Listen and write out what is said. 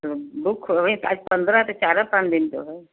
तो बुक होवे तो आज पंद्रह से चारे पाँच दिन तो है